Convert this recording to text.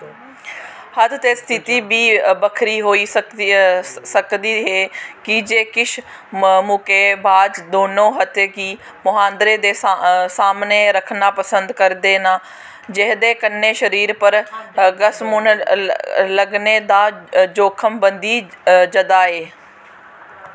हत्थें दी स्थिति बी बक्खरी होई सकदी ऐ की जे किश मुक्केबाज दौनो हत्थें गी मुहांदरे दे सामनै रक्खना पसंद करदे न जेह्दे कन्नै शरीर पर घसमुन्न लग्गने दा जोखम बधी जंदा ऐ